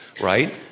right